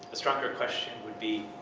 stronger question would be,